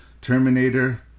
Terminator